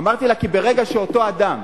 אמרתי לה, כי ברגע שאותו אדם,